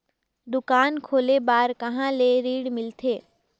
दुकान खोले बार कहा ले ऋण मिलथे?